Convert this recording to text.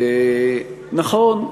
נכון,